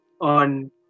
on